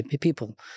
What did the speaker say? people